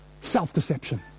self-deception